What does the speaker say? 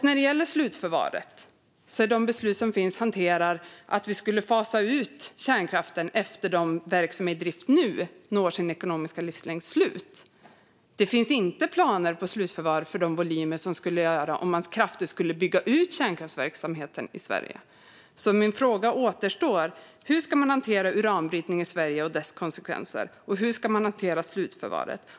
När det gäller slutförvaret hanterar de beslut som finns att vi skulle fasa ut kärnkraften efter att de verk som nu är i drift når slutet av sin ekonomiska livslängd. Det finns inte planer för slutförvar för de volymer som skulle finnas om man kraftigt skulle bygga ut kärnkraften i Sverige. Min fråga återstår. Hur ska man hantera uranbrytning i Sverige och dess konsekvenser? Hur ska man hantera slutförvaret?